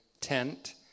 tent